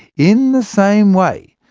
in the same way,